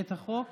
את החוק